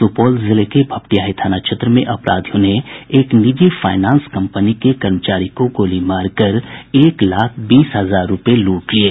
सुपौल जिले के भपटियाही थाना क्षेत्र में अपराधियों ने एक निजी फाइनांस कंपनी के कर्मचारी को गोली मारकर एक लाख बीस हजार रूपये लूट लिये